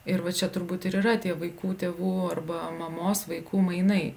ir va čia turbūt ir yra tie vaikų tėvų arba mamos vaikų mainai